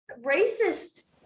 racist